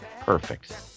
perfect